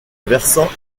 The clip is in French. versant